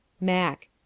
Mac